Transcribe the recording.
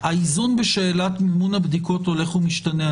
האיזון בשאלת מימון הבדיקות הולך ומשתנה.